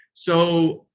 so,